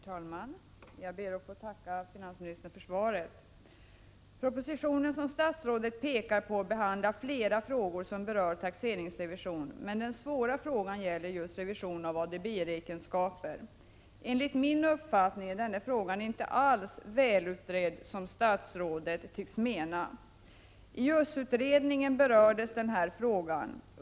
oe Herr talman! Jag ber att få tacka finansministern för svaret. Propositionen som statsrådet pekar på behandlar flera frågor som berör taxeringsrevision, men den svåra frågan gäller just revision av ADB räkenskaper. Enligt min uppfattning är denna fråga inte alls välutredd, som statsrådet tycks mena. I utredningen om säkerhetsåtgärder m.m. i skatteprocessen, USS-utredningen, berördes denna fråga.